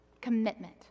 commitment